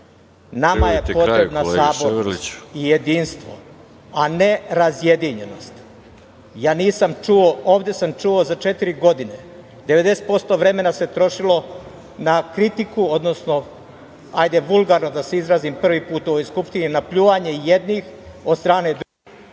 Nama je potrebna sabornost, i jedinstvo, a ne razjedinjenost. Ovde sam čuo za četiri godine 90% vremena se trošilo na kritiku, odnosno hajde vulgarno da se izrazim prvi put u ovoj skupštini, na pljuvanje jednih od strane drugih…